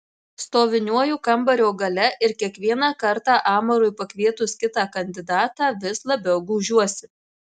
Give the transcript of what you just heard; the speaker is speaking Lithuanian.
stoviniuoju kambario gale ir kiekvieną kartą amarui pakvietus kitą kandidatą vis labiau gūžiuosi